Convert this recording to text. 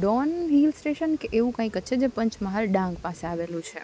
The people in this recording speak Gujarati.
ડોન હિલ સ્ટેશન કે એવું કંઈક જ છે પંચમહાલ ડાંગ પાસે આવેલું છે